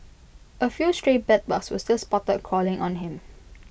A few stray bedbugs were still spotted crawling on him